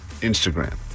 Instagram